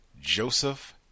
Joseph